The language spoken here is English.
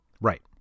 Right